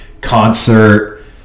concert